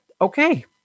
okay